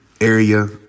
area